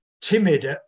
Timid